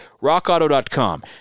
RockAuto.com